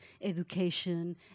education